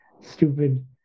stupid